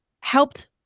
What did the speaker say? helped